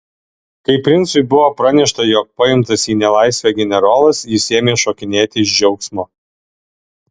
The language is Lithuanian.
kai princui buvo pranešta jog paimtas į nelaisvę generolas jis ėmė šokinėti iš džiaugsmo